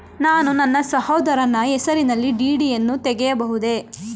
ನಾನು ನನ್ನ ಸಹೋದರನ ಹೆಸರಿನಲ್ಲಿ ಡಿ.ಡಿ ಯನ್ನು ತೆಗೆಯಬಹುದೇ?